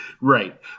Right